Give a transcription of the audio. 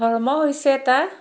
ধৰ্ম হৈছে এটা